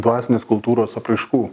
dvasinės kultūros apraiškų